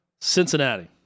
Cincinnati